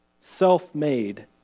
self-made